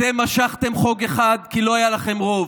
אתם משכתם חוק אחד כי לא היה לכם רוב,